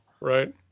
Right